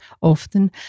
Often